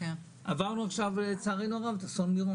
עברנו עכשיו את אסון מירון.